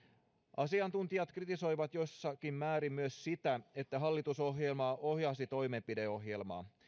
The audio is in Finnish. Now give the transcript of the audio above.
asiantuntijat kritisoivat jossakin määrin myös sitä että hallitusohjelma ohjasi toimenpideohjelmaa